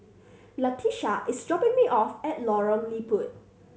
Latisha is dropping me off at Lorong Liput